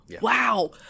Wow